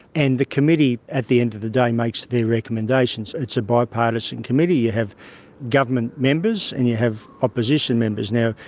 and the committee, at the end of the day, makes their recommendations. it's a bipartisan committee, you have government members, and you have opposition members. now,